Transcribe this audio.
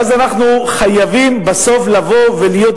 ואז אנחנו חייבים בסוף לבוא ולהיות